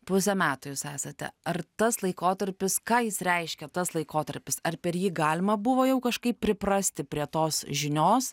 pusę metų jūs esate ar tas laikotarpis ką jis reiškia tas laikotarpis ar per jį galima buvo jau kažkaip priprasti prie tos žinios